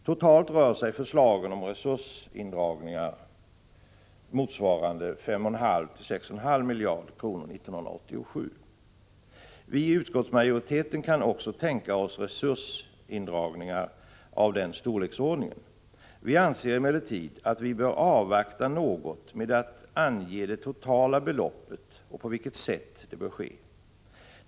Totalt rör sig förslagen om resursindragningar motsvarande 5,5—6,5 miljarder kronor 1987. Vi i utskottsmajoriteten kan också tänka oss resursindragningar av den storleksordningen. Vi anser emellertid att vi bör avvakta något med att ange det totala beloppet och på vilket sätt indragningarna bör ske.